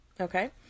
Okay